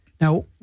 Now